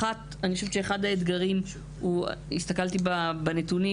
אחת- אני חושבת שאחד האתגרים הוא שהסתכלתי בנתונים